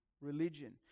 religion